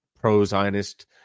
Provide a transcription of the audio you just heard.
pro-Zionist